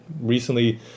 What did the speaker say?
recently